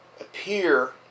appear